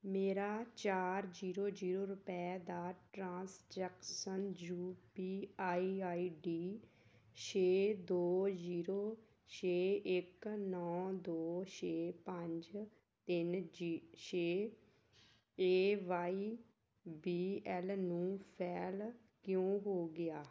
ਮੇਰਾ ਚਾਰ zero zero ਰੁਪਏ ਦਾ transaction U P I I D ਛੇ ਦੋ ਜ਼ੀਰੋ ਛੇ ਇੱਕ ਨੌਂ ਦੋ ਛੇ ਪੰਜ ਤਿੰਨ ਜੀ ਛੇ ਏ ਵਾਈ ਬੀ ਐਲ ਨੂੰ ਫ਼ੈਲ ਕਿਉਂ ਹੋ ਗਿਆ